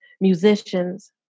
Musicians